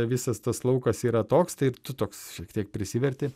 visas tas laukas yra toks tai tu toks šiek tiek prisiverti